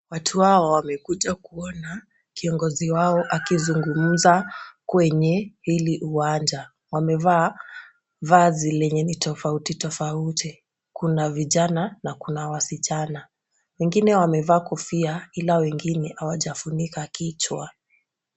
Watu hawa wamekuja kuona kiongozi wao akizungumza kwenye hili uwanja. Wamevaa vazi lenye ni tofauti tofauti. Kuna vijana na kuna wasichana .Wengine wamevaa kofia ila wengine hawajafunika kichwa.